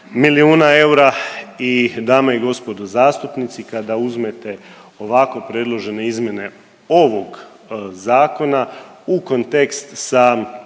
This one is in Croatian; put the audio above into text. miliona eura i dame i gospodo zastupnici kada uzmete ovako predložene izmjene ovog zakona u kontekst sa